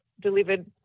delivered